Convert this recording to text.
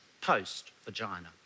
post-vagina